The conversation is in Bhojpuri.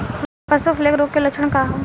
पशु प्लेग रोग के लक्षण का ह?